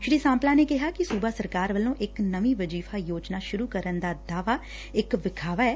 ਸ੍ਰੀ ਸਾਂਪਲਾ ਨੇ ਕਿਹਾ ਕਿ ਸੂਬਾ ਸਰਕਾਰ ਵੱਲੋਂ ਇਕ ਨਵੀ ਵਜੀਫਾ ਯੋਜਨਾ ਸੂਰੁ ਕਰਨ ਦਾ ਦਾਅਵਾ ਇਕ ਵਿਖਾਵਾ ਏ